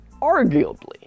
Arguably